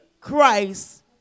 Christ